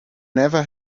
never